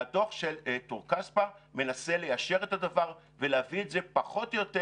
והדוח של טור-כספא מנסה ליישר את הדבר ולהביא את זה פחות או יותר